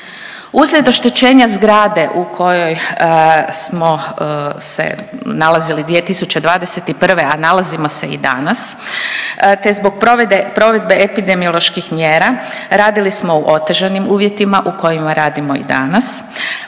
Uslijed oštećenja zgrade u kojoj smo se nalazili 2021., a nalazimo se i danas te zbog provedbe epidemioloških mjera radili smo u otežanim uvjetima u kojima radimo i danas